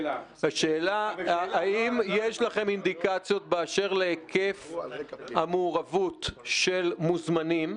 האם יש לכם אינדיקציות באשר להיקף המעורבות של מוזמנים,